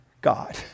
God